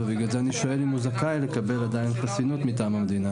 ובגלל זה אני שואל אם הוא זכאי לקבל עדיין חסינות מטעם המדינה?